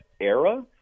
era